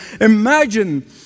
Imagine